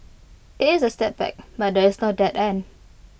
IT is A setback but there is no dead end